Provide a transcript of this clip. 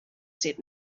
said